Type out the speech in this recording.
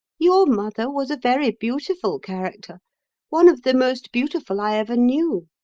your mother was a very beautiful character one of the most beautiful i ever knew,